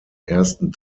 ersten